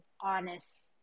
honest